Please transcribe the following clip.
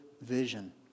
vision